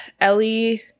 Ellie